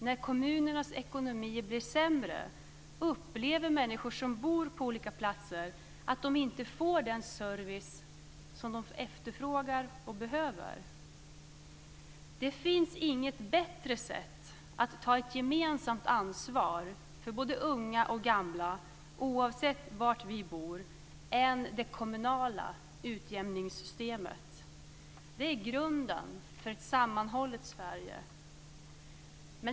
När kommunernas ekonomi blir sämre upplever människor som bor på olika platser att de inte får den service som de efterfrågar och behöver. Det finns inget bättre sätt att ta ett gemensamt ansvar för både unga och gamla oavsett var vi bor än det kommunala utjämningssystemet. Det är grunden för ett sammanhållet Sverige.